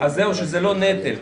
משבר שלא היה בעבר,